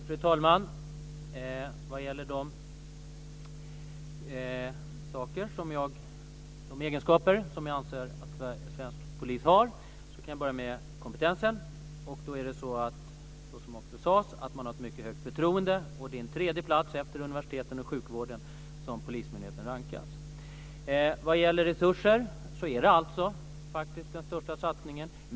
Fru talman! Vad gäller de egenskaper som jag anser att svensk polis har vill jag börja med att tala om kompetensen. Människor har, som också sades, ett mycket stort förtroende för polisen. Polismyndigheten rankas som trea efter universiteten och sjukvården. Vad gäller resurser sker nu den största satsningen.